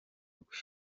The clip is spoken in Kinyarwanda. rwe